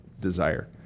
desire